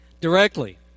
directly